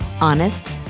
honest